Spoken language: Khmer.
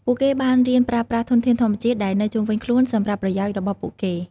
ពួកគេបានរៀនប្រើប្រាស់ធនធានធម្មជាតិដែលនៅជុំវិញខ្លួនសម្រាប់ប្រយោជន៍របស់ពួកគេ។